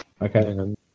Okay